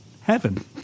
Heaven